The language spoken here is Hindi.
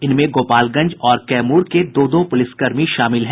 इनमें गोपालगंज और कैमूर के दो दो पुलिसकर्मी शामिल हैं